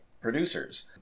producers